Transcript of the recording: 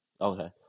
Okay